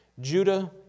Judah